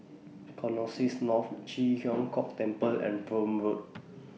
Connexis North Ji Huang Kok Temple and Prome Road